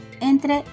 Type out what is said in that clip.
entre